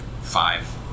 five